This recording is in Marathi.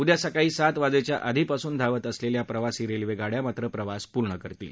उद्या सकाळी सात वाजच्या आधीपासून धावत असलख्या प्रवासी रच्छात्रिया मात्र प्रवास पूर्ण करतील